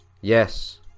Yes